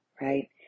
Right